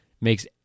makes